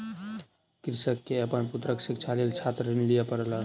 कृषक के अपन पुत्रक शिक्षाक लेल छात्र ऋण लिअ पड़ल